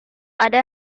ada